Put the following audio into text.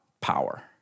power